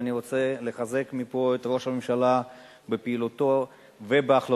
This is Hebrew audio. ואני רוצה לחזק מפה את ראש הממשלה בפעילותו ובהחלטותיו,